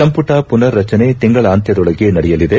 ಸಂಪುಟ ಮನರ್ ರಚನೆ ತಿಂಗಳಾಂತ್ನದೊಳಗೆ ನಡೆಯಲಿದೆ